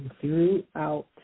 throughout